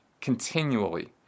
continually